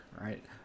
Right